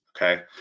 Okay